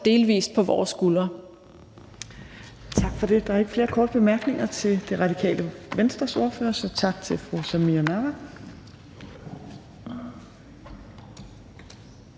delvis på vores skuldre.